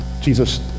Jesus